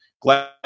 glad